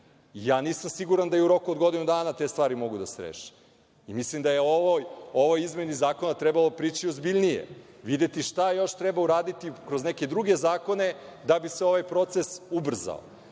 Nisam siguran da i u roku od godinu dana te stvari mogu da se reše. Mislim da je ovoj izmeni Zakona trebalo prići ozbiljnije, videti šta još treba uraditi, kroz neke druge zakone, da bi se ovaj proces ubrzao. Vi